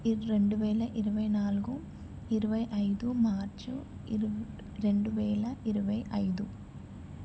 ఇ రెండువేల ఇరవై నాలుగు ఇరవై ఐదు మార్చ్ ఇర రెండువేల ఇరవై ఐదు